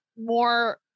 more